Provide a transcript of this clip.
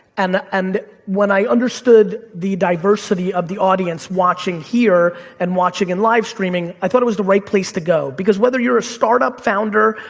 and and when i understood the diversity of the audience watching here and watching in live streaming, i thought it was the right place to go, because whether you're a startup founder,